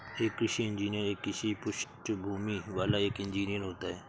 एक कृषि इंजीनियर एक कृषि पृष्ठभूमि वाला एक इंजीनियर होता है